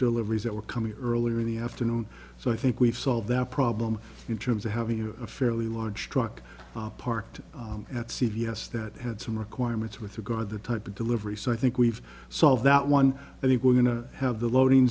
deliveries that were coming earlier in the afternoon so i think we've solved that problem in terms of having you know a fairly large truck parked at c v s that had some requirements with regard to type of delivery so i think we've solved that one i think we're going to have the loading